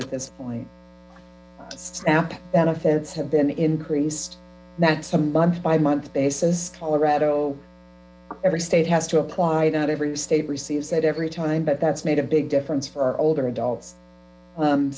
at this point snap benefits have been increased that's a month by month basis colorado every state has to apply not every state receives that every time but that's made a big difference for our older adults